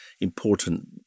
important